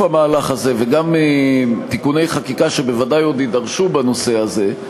המהלך הזה וגם לתיקוני חקיקה שוודאי עוד יידרשו בנושא הזה,